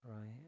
Right